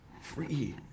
Free